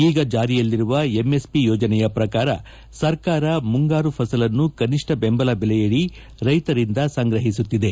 ಈಗ ಜಾರಿಯಲ್ಲಿರುವ ಎಂಎಸ್ಪಿ ಯೋಜನೆಯ ಪ್ರಕಾರ ಸರ್ಕಾರವು ಮುಂಗಾರು ಫಸಲನ್ನು ಕನಿಷ್ಣ ಬೆಂಬಲ ಬೆಲೆಯಡಿ ರೈತರಿಂದ ಸಂಗ್ರಹಿಸುತ್ತಿದೆ